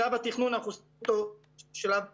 שלב התכנון אנחנו עושים אותו בשלב מזורז.